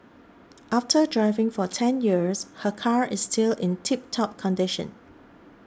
after driving for ten years her car is still in tiptop condition